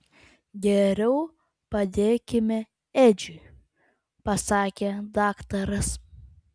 geriau padėkime edžiui pasakė daktaras